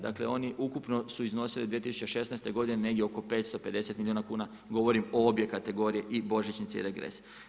Dakle oni ukupno su iznosili 2016. godine negdje oko 550 milijuna kuna, govorim o obje kategorije i božićnica i regres.